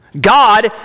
God